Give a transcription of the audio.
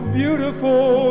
beautiful